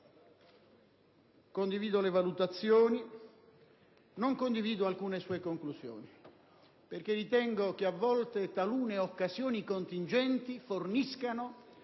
condivido le valutazioni, non condivido alcune sue conclusioni, perché ritengo che, a volte, talune occasioni contingenti forniscano